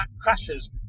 crashes